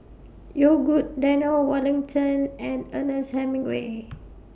Yogood Daniel Wellington and Ernest Hemingway